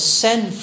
send